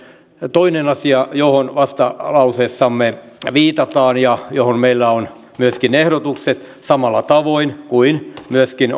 toinen asia johon vastalauseessamme viitataan ja johon meillä on myöskin ehdotukset samalla tavoin kuin myöskin